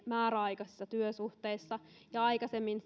määräaikaisissa työsuhteissa ja aikaisemmin